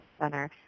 center